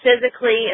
physically